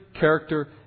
character